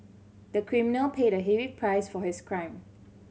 the criminal paid a heavy price for his crime